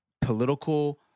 political